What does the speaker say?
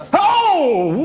oh!